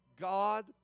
God